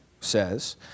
says